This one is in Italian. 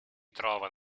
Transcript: trova